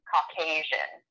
Caucasian